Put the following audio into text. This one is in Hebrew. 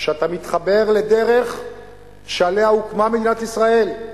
שאתה מתחבר לדרך שעליה הוקמה מדינת ישראל.